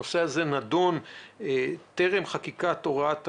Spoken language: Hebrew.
הנושא הזה נדון טרם חקיקת הוראת השעה,